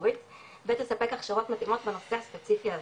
הציבורית ותספק הכשרות מתאימות בנושא הספציפי הזה.